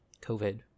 COVID